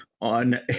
on